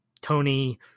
Tony